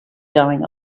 going